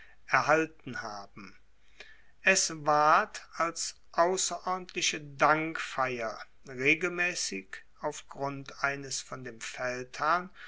erhalten haben es ward als ausserordentliche dankfeier regelmaessig auf grund eines von dem feldherrn